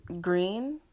Green